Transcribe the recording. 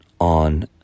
on